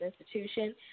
institution